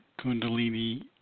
kundalini